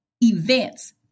events